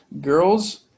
Girls